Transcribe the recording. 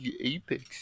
Apex